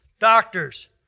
doctors